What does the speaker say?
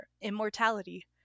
immortality